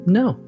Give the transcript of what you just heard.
no